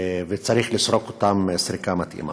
וצריך לסרוק אותם סריקה מתאימה.